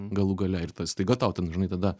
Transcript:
galų gale ir tas staiga tau ten žinai tada